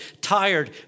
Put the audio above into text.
tired